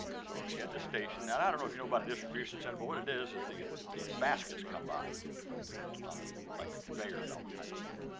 so she had this station and i don't know if you know about a distribution center, but what it is is these these baskets come by on a like a conveyor belt type of thing,